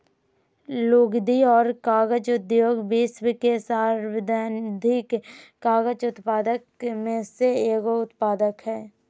लुगदी और कागज उद्योग विश्व के सर्वाधिक कागज उत्पादक में से एगो उत्पाद हइ